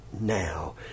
now